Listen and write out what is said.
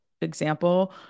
example